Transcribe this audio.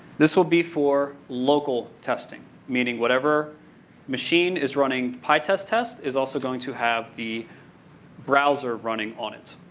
this will be for local testing. meaning whatever machine is running pytest test is also going to have the browser running on it.